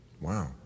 Wow